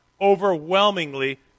overwhelmingly